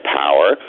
power